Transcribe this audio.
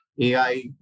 AI